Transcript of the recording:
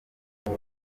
yari